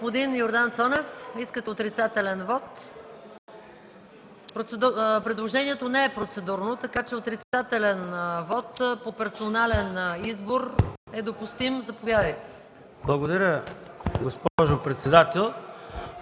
Благодаря, господин председател.